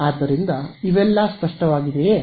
ಆದ್ದರಿಂದ ಇವೆಲ್ಲ ಸ್ಪಷ್ಟವಾಗಿದೆಯೇ